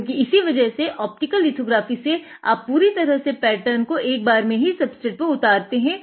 क्योंकि इसी वजह से ऑप्टिकल लिथोग्राफी से आप पूरी तरह से पैटर्न को एकबार में ही सबस्ट्रेट पर उतारते है